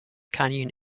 canyon